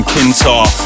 Kintar